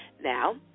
Now